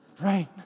Right